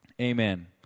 Amen